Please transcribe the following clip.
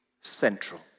central